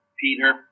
Peter